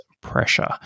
pressure